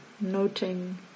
noting